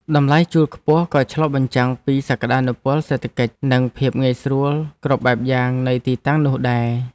តម្លៃជួលខ្ពស់ក៏ឆ្លុះបញ្ចាំងពីសក្តានុពលសេដ្ឋកិច្ច និងភាពងាយស្រួលគ្រប់បែបយ៉ាងនៃទីតាំងនោះដែរ។